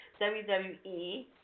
WWE